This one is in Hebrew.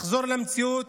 לחזור למציאות.